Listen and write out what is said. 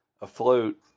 afloat